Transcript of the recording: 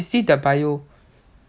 see their bio